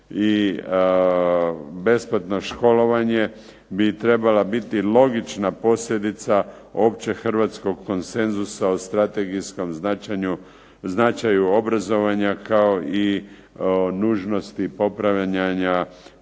i besplatno školovanje bi trebala biti logična posljedica općeg hrvatskog konsenzusa o strategijskom značaju obrazovanja kao i nužnosti popravljanja